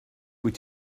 wyt